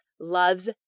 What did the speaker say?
Loves